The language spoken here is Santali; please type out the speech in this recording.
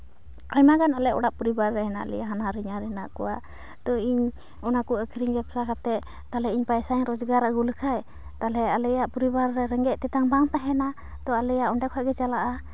ᱟᱭᱢᱟ ᱜᱟᱱ ᱟᱞᱮ ᱚᱲᱟᱜ ᱯᱚᱨᱤᱵᱟᱨ ᱨᱮ ᱦᱮᱱᱟᱜ ᱞᱮᱭᱟ ᱦᱟᱱᱦᱟᱨ ᱦᱚᱧᱦᱟᱨ ᱦᱮᱱᱟᱜ ᱠᱚᱣᱟ ᱛᱚ ᱤᱧ ᱚᱱᱟᱠᱚ ᱟᱠᱷᱨᱤᱧ ᱵᱟᱠᱷᱨᱟ ᱠᱟᱛᱮᱫ ᱛᱟᱞᱦᱮ ᱤᱧ ᱯᱟᱭᱥᱟᱧ ᱨᱚᱡᱽᱜᱟᱨ ᱟᱜᱩ ᱞᱮᱠᱷᱟᱡ ᱛᱟᱞᱦᱮ ᱟᱞᱮᱭᱟᱜ ᱯᱚᱨᱤᱵᱟᱨ ᱨᱮ ᱨᱮᱸᱜᱮᱡ ᱛᱮᱛᱟᱝ ᱵᱟᱝ ᱛᱟᱦᱮᱱᱟ ᱛᱚ ᱟᱞᱮᱭᱟᱜ ᱚᱸᱰᱮ ᱠᱷᱚᱡ ᱜᱮ ᱪᱟᱞᱟᱜᱼᱟ